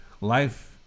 life